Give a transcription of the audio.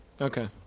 Okay